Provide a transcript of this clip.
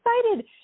excited